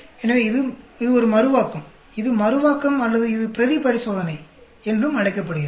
எனவே இது ஒரு மறுவாக்கம் இது மறுவாக்கம் அல்லது இது பிரதி பரிசோதனை என்றும் அழைக்கப்படுகிறது